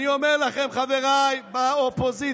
אני אומר לכם, חבריי באופוזיציה,